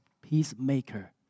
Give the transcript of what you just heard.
peacemaker